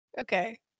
Okay